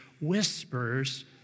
whispers